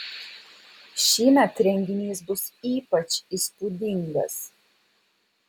šįmet renginys bus ypač įspūdingas